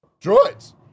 droids